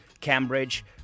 Cambridge